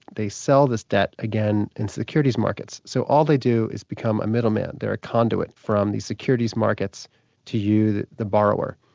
they sell this debt again in securities markets, so all they do is become a middle-man, they're a conduit from the securities markets to you the the borrower.